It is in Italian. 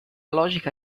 logica